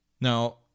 Now